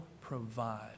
Provide